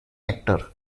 actor